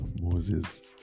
Moses